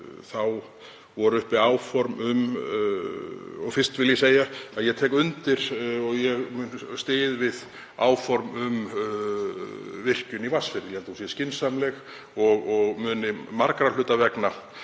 voru uppi áform um — og fyrst vil ég segja að ég tek undir og ég styð við áform um virkjun í Vatnsfirði, ég held að hún sé skynsamleg og muni margra hluta vegna